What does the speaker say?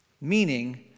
Meaning